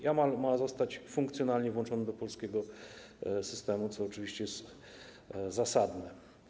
Jamał ma zostać funkcjonalnie włączony do polskiego systemu, co oczywiście jest zasadne.